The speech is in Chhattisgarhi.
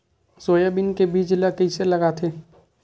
सोयाबीन के बीज ल कइसे लगाथे?